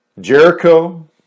Jericho